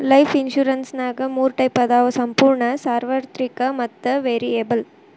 life ಇನ್ಸುರೆನ್ಸ್ನ್ಯಾಗ ಮೂರ types ಅದಾವ ಸಂಪೂರ್ಣ ಸಾರ್ವತ್ರಿಕ ಮತ್ತ ವೇರಿಯಬಲ್